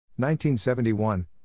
1971